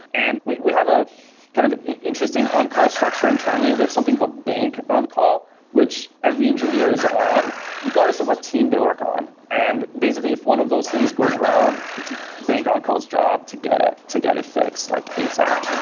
and we we have a kind of interesting on-call structure internally. we have something called bank on-call, which every engineer is on regardless of what team they work on. and basically, if one of those things goes wrong, it's bank on-call's job to get it, to get it fixed like asap